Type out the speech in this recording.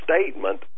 statement